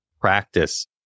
practice